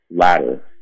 ladder